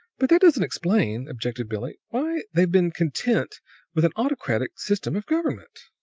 but that doesn't explain, objected billie, why they've been content with an autocratic system of government.